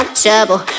trouble